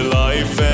life